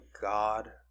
God